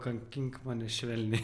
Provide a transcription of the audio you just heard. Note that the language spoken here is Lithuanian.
kankink mane švelniai